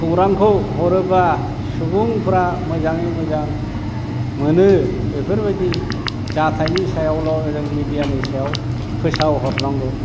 खौरांखौ हरोबा सुबुंफोरा मोजाङै मोजां मोनो बेफोरबायदि जाथायनि सायावल' जों मिडियानि सायाव फोसावहरनांगौ